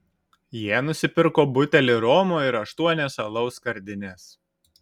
jie nusipirko butelį romo ir aštuonias alaus skardines